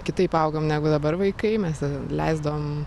kitaip augom negu dabar vaikai mes leisdavom